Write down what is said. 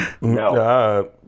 No